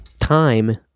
time